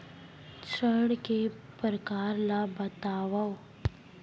ऋण के परकार ल बतावव?